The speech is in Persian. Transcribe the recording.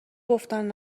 گفتن